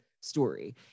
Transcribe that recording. story